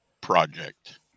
Project